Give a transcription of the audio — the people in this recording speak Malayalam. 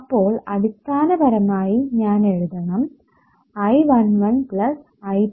അപ്പോൾ അടിസ്ഥാനപരമായി ഞാൻ എഴുതണം I11പ്ലസ് I12 I1 നു തുല്യം എന്ന്